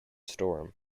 storm